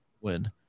win